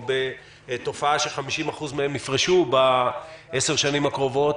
או בתופעה ש-50% מהם יפרשו בעשר השנים הקרובות,